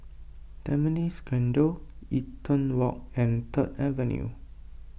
Tampines Grande Eaton Walk and Third Avenue